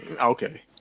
Okay